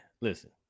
listen